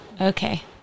Okay